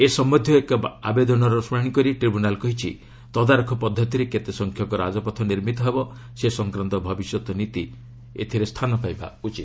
ଏ ସମ୍ଭନ୍ଧୀୟ ଏକ ଆବେଦନର ଶୁଣାଣି କରି ଟ୍ରିବ୍ୟୁନାଲ୍ କହିଛି ତଦାରଖ ପଦ୍ଧତିରେ କେତେ ସଂଖ୍ୟକ ରାଜପଥ ନିର୍ମିତ ହେବ ସେ ସଂକ୍ରାନ୍ତ ଭବିଷ୍ୟତ ନୀତି ସ୍ଥାନ ପାଇବା ଉଚିତ